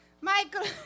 Michael